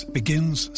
begins